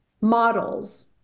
models